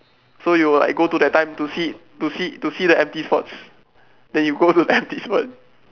so you will like go to that time to see to see to see the empty spots then you go to the empty spot